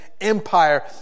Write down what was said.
empire